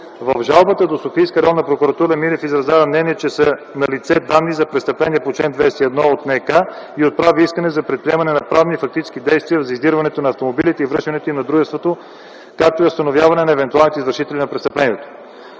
В жалбата до Софийска районна прокуратура Милев изразява мнение, че са налице данни за престъпление по чл. 21 от НК и отправи искане за предприемане на правни и фактически действия за издирването на автомобилите и връщането им на дружеството, както и установяване на евентуалните извършители на престъплението.